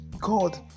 God